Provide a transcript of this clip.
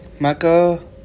Marco